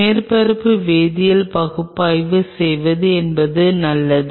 மேற்பரப்பு வேதியியல் பகுப்பாய்வு செய்வது எப்போதும் நல்லது